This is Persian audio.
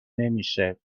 نمیشه